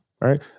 right